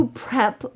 prep